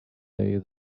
day